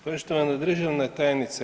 Poštovana državna tajnice.